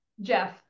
Jeff